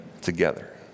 together